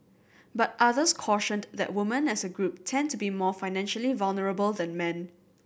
but others cautioned that woman as a group tend to be more financially vulnerable than men